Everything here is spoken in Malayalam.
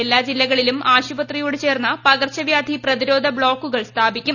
എല്ലാ ജില്ലകളിലും ആശുപത്രികളോട് ചേർന്ന് പകർച്ചവ്യാധി പ്രതിരോധ ബ്ലോക്കുകൾ സ്ഥാപിക്കും